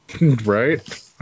Right